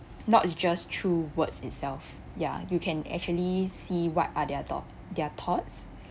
not just through words itself ya you can actually see what are their thou~ their thoughts